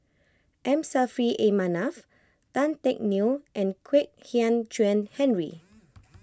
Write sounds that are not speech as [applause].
M Saffri A Manaf Tan Teck Neo and Kwek Hian Chuan Henry [noise]